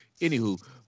Anywho